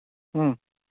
ꯎꯝ